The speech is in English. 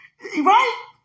Right